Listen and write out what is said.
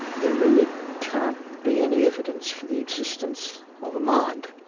there really can't be any evidence for the existence of a mind.